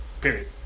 Period